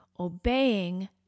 obeying